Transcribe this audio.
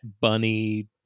bunny